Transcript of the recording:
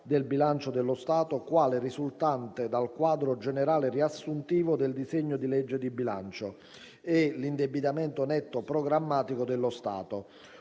del bilancio dello Stato, quale risultante dal quadro generale riassuntivo del disegno di legge di bilancio, e l’indebitamento netto programmatico dello Stato,